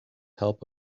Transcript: help